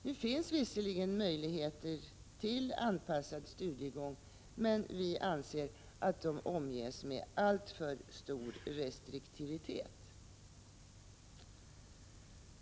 Det finns visserligen möjligheter till anpassad studiegång, men vi anser att dessa möjligheter omges med alltför stor restriktivitet.